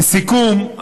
לסיכום,